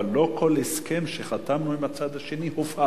אבל לא כל הסכם שחתמנו עם הצד השני הופר.